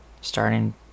Starting